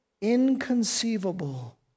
inconceivable